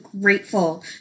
grateful